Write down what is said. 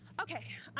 okay, um.